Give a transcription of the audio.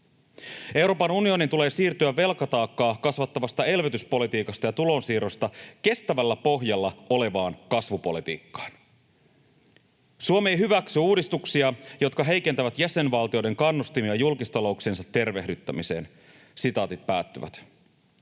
”Euroopan unionin tulee siirtyä velkataakkaa kasvattavasta elvytyspolitiikasta ja tulonsiirroista kestävällä pohjalla olevaan kasvupolitiikkaan.” ”Suomi ei hyväksy uudistuksia, jotka heikentävät jäsenvaltioiden kannustimia julkistalouksiensa tervehdyttämiseen.” Tältä